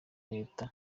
leta